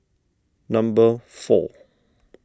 number four